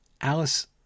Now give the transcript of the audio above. Alice